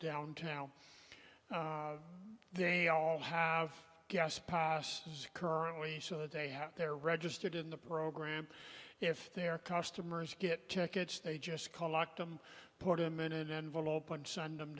downtown they all have gas pass currently so that they have their registered in the program if their customers get tickets they just call lock them put them in an envelope and sund